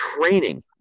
training